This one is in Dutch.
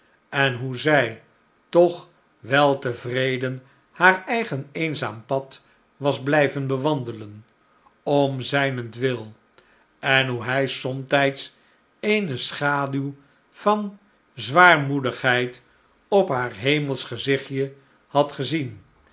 en hoe zij toch weltevreden haar eigen eenzaam pad was blijven bewandelen om zijnentwil en hoe hij somtijds eene schaduw van zwaarmoedigheid op haar hemelsch gezichtje had gezien